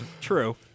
True